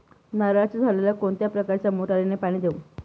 नारळाच्या झाडाला कोणत्या प्रकारच्या मोटारीने पाणी देऊ?